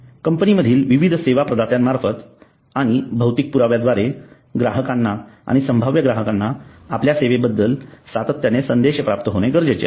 company मधील विविध सेवा प्रदात्यांमार्फत आणि भैतिक पुराव्याद्वारे ग्राहकांना आणि संभाव्य ग्राहकांना आपल्या सेवेबाबत सातत्याने संदेश प्राप्त होणे गरजेचे आहे